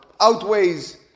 outweighs